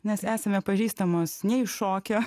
nes esame pažįstamos ne iš šokio